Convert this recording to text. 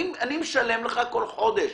אם אני משלם לך כל חודש